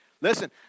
Listen